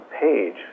page